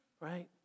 Right